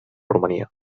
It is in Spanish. rumanía